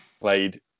played